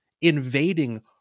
invading